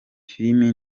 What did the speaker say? filime